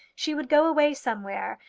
she would go away somewhere,